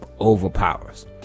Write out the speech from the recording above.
overpowers